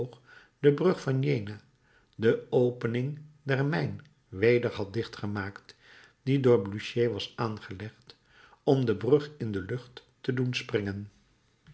der brug van jena de opening der mijn weder had dichtgemaakt die door blücher was aangelegd om de brug in de lucht te doen springen